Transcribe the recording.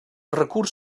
recurs